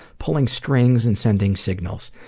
pulling strings and sending signals.